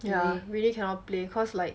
yeah really cannot play cause like